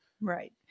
Right